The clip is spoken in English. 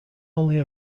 only